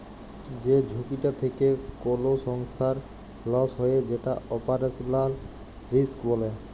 যে ঝুঁকিটা থেক্যে কোল সংস্থার লস হ্যয়ে যেটা অপারেশনাল রিস্ক বলে